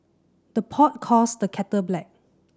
the pot calls the kettle black